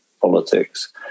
politics